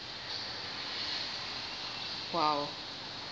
!wow!